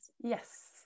yes